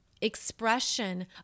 expression